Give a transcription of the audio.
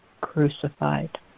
crucified